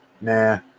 nah